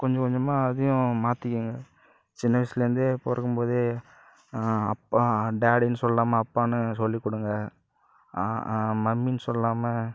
கொஞ்சம் கொஞ்சமாக அதையும் மாற்றிக்கங்க சின்ன வயசுலேருந்தே பிறக்கும் போதே அப்பா டாடின்னு சொல்லாமல் அப்பானு சொல்லிக் கொடுங்க மம்மின்னு சொல்லாமல்